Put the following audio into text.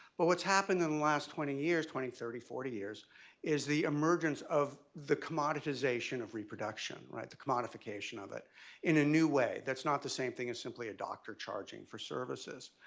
well what's happened in the last twenty years twenty, thirty, forty, years is the emergence of the commoditization of reproduction, right? the commodification of it in a new way that's not the same thing as simply a doctor charging for services.